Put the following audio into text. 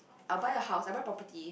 I'll buy a house I'll buy property